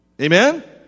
Amen